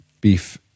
beef